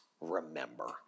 remember